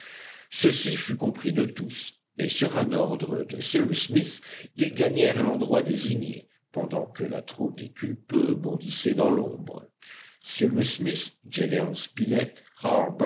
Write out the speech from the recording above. ceci fut compris de tous et sur un ordre de cyrus smith ils gagnèrent l'endroit désigné pendant que la troupe des culpeux bondissait dans l'ombre cyrus smith